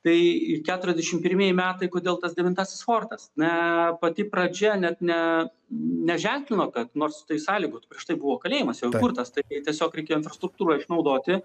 tai keturiasdešim pirmieji metai kodėl tas devintasis fortas na pati pradžia net ne neženklino kad nors tai sąlygų prieš tai buvo kalėjimas jau įkurtas tai tiesiog reikėjo infrastruktūrą išnaudoti